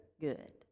good